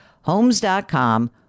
Homes.com